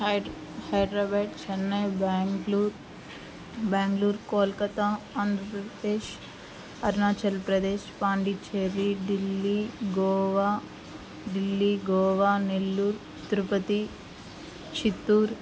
hide Hyderabad Chennai Bengaluru Bengaluru Kolkata Andhra Pradesh Arunachal Pradesh పాండీచ్చేరి Delhi Goa Delhi Goa Nellore Tirupati Chittoor